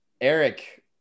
Eric